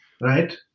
right